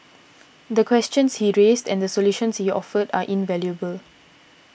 the questions he raised and the solutions he offered are invaluable